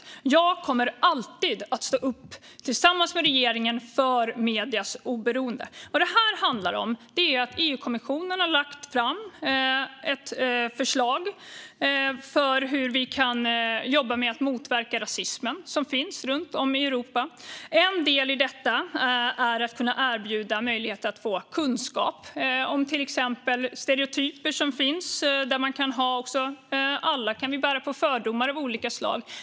Jag och regeringen kommer alltid att stå upp för mediernas oberoende. Vad detta handlar om är att EU-kommissionen har lagt fram ett förslag för hur vi kan jobba för att motverka den rasism som finns runt om i Europa. En del i detta är att erbjuda kunskap om till exempel stereotyper, för vi kan alla bära på fördomar av olika slag.